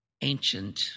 ancient